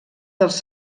dels